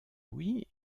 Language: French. louis